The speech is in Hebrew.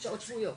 שעות שבועיות,